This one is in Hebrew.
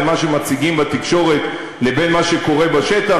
בין מה שמציגים בתקשורת לבין מה שקורה בשטח,